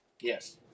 yes